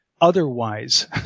otherwise